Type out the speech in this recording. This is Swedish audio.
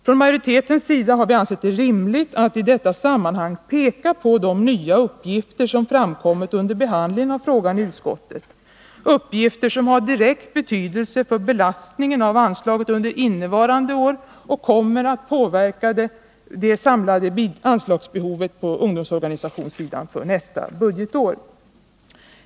Från majoritetens sida har vi ansett det rimligt att i detta sammanhang peka på de nya uppgifter som framkommit under behandlingen av frågan i utskottet — uppgifter som har direkt betydelse för belastningen av anslaget under innevarande år och som kommer att påverka det samlade anslagsbehovet på ungdomsorganisationssidan för nästa budgetår.